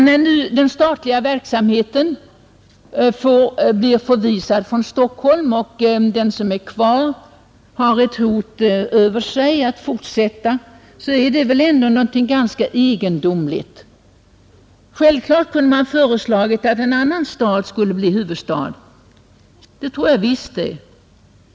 När nu den statliga verksamheten blir förvisad från Stockholm och den som är kvar har ett hot över sig om att utflyttningen kommer att fortsätta, är detta väl ändå något ganska egendomligt. Självklart kunde man ha föreslagit att en annan stad skulle bli huvudstad — det tror jag visst.